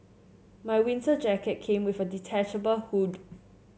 my winter jacket came with a detachable hood